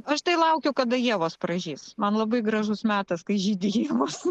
aš tai laukiu kada ievos pražys man labai gražus metas kai žydi ievos